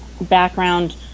background